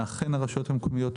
הרשויות המקומיות,